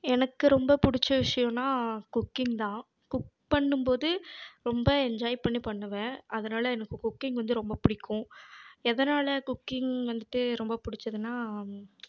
எனக்கு ரொம்ப பிடிச்ச விஷயோனா குக்கிங் தான் குக் பண்ணும் போது ரொம்ப என்ஜாய் பண்ணி பண்ணுவேன் அதனால எனக்கு குக்கிங் வந்து ரொம்ப பிடிக்கும் எதனால் குக்கிங் வந்துட்டு ரொம்ப பிடிச்சதுனா